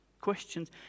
Questions